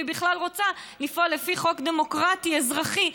והיא בכלל רוצה לפעול לפי חוק דמוקרטי אזרחי.